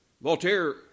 Voltaire